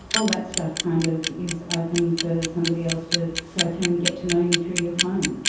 all that stuff kind of is open for somebody else to go through and get to know you through your phone.